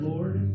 Lord